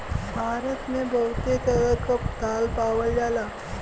भारत मे बहुते तरह क दाल पावल जाला